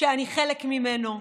שאני חלק ממנו,